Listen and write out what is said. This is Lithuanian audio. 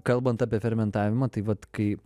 kalbant apie fermentavimą tai vat kai